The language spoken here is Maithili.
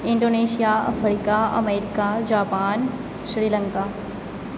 Indonesia Africa America Japan Sri Lanka